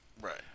Right